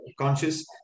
conscious